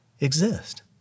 exist